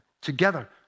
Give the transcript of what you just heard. together